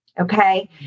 Okay